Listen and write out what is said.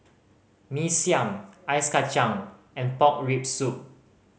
Mee Siam Ice Kachang and pork rib soup